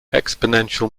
exponential